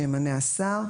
שימנה השר,